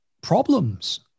problems